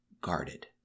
guarded